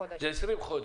זה 20 חודשים.